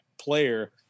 player –